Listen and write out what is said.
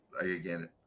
Again